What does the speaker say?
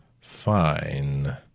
Fine